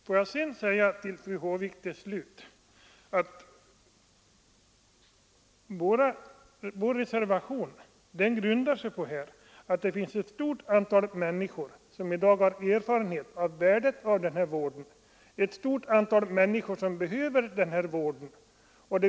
Får jag till slut säga till fru Håvik att vår reservation grundar sig på att det finns både ett stort antal människor som i dag har erfarenhet av värdet av den här vården, och ett stort antal människor som behöver den.